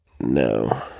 No